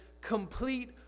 complete